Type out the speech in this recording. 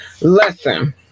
Listen